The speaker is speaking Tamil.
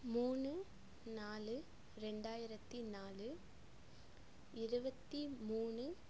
மூணு நாலு ரெண்டாயிரத்தி நாலு இருபத்தி மூணு